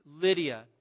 Lydia